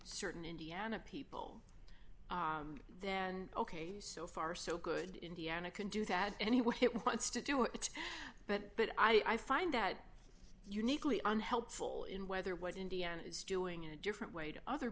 certain indiana people then ok so far so good indiana can do that any what it wants to do it but but i find that uniquely unhelpful in whether what indiana is doing in a different way to other